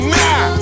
now